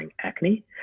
acne